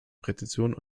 präzision